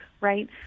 right